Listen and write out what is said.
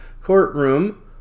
courtroom